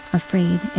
afraid